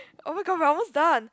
oh-my-god we're almost done